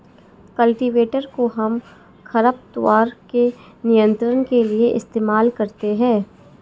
cultivator कोहम खरपतवार के नियंत्रण के लिए इस्तेमाल करते हैं